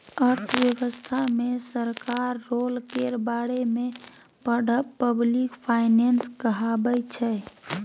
अर्थव्यवस्था मे सरकारक रोल केर बारे मे पढ़ब पब्लिक फाइनेंस कहाबै छै